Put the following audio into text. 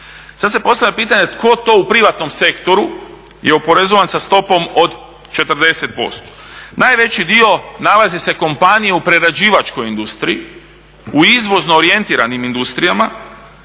Sada se postavlja pitanje tko to u privatnom sektoru je oporezovan sa stopom od 40%. Najveći dio nalaze se kompanije u prerađivačkoj industriji, u izvozno orijentiranim industrijama,